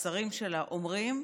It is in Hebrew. השרים שלה אומרים,